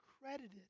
credited